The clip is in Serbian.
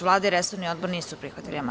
Vlada i resorni odbor nisu prihvatili amandman.